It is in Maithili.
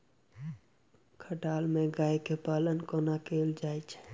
खटाल मे गाय केँ पालन कोना कैल जाय छै?